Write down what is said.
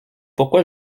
pourquoi